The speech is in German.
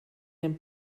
dem